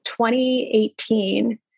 2018